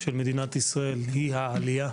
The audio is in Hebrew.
של מדינת ישראל היא העלייה.